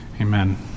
Amen